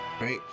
right